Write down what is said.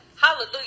Hallelujah